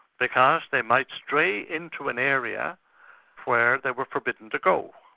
because they might stray into an area where they were forbidden to go.